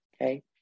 Okay